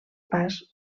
pas